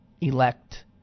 elect